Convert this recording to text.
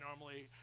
normally